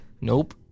Nope